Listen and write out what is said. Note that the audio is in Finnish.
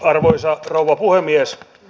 arvoisa rouva puhemies